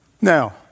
Now